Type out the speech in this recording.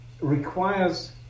requires